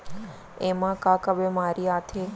एमा का का बेमारी आथे?